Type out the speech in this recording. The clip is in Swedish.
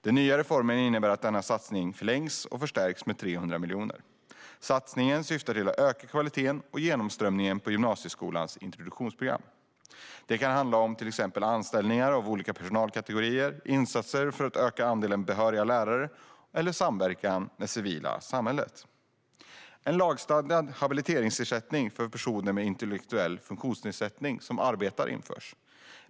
Den nya reformen innebär att denna satsning förlängs och förstärks med 300 miljoner. Satsningen syftar till att öka kvaliteten och genomströmningen på gymnasieskolans introduktionsprogram. Det kan handla om anställningar av olika personalkategorier, insatser för att öka andelen behöriga lärare eller samverkan med det civila samhället. En lagstadgad habiliteringsersättning för personer med intellektuell funktionsnedsättning som arbetar införs.